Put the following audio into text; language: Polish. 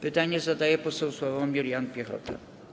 Pytanie zadaje poseł Sławomir Jan Piechota.